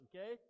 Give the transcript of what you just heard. okay